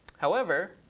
however,